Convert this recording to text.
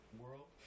world